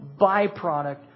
byproduct